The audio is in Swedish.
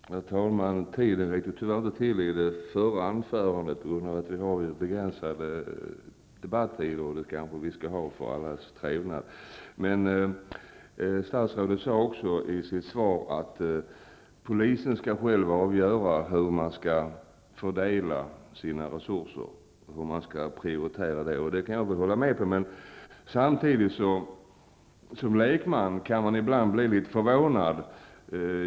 Herr talman! På grund av de begränsade taletiderna räckte inte tiden till i mitt förra inlägg. Vi kanske skall ha begränsningar för allas trevnad. Statsrådet sade i sitt svar att polisen själv skall få avgöra hur resurserna skall fördelas och vilka prioriteringar som skall göras. Det kan jag väl hålla med om. Men som lekman blir man ibland litet förvånad.